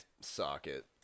socket